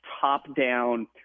top-down